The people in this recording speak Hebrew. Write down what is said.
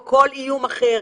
או כל איום אחר,